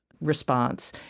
response